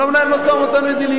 אני לא מנהל משא-ומתן מדיני.